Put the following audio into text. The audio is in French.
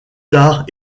tard